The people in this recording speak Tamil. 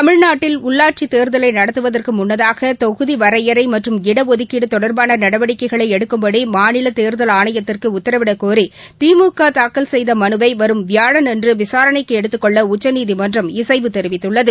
தமிழ்நாட்டில் உள்ளாட்சிதேர்தலைநடத்துவதற்குமுள்னதாகதொகுதிவரையறைமற்றும் இடஒதுக்கீடுதொடர்பானநடவடிக்கைகளைஎடுக்கும்படிமாநில் தேர்தல் ஆணையத்திற்குஉத்தரவிடக்கோரிதிமுகதாக்கல் செய்தமனுவைவரும் வியாழனன்றுவிசாரணைக்கஎடுத்துக்கொள்ளஉச்சநீதிமன்றம் இசைவு தெரிவித்துள்ளது